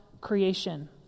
creation